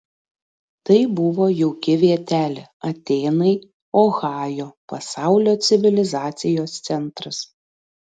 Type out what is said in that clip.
tai buvo jauki vietelė atėnai ohajo pasaulio civilizacijos centras